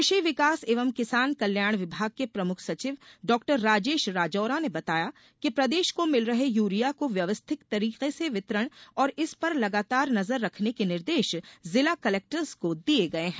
कृषि विकास एवं किसान कल्याण विभाग के प्रमुख सचिव डॉ राजेश राजौरा ने बताया कि प्रदेश को मिल रहे यूरिया को व्यवस्थित तरीके से वितरण और इस पर लगातार नजर रखने के निर्देश जिला कलेक्टर्स को दिये गये हैं